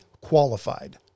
qualified